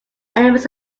elements